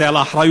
זה על אחריותי.